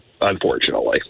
unfortunately